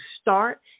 start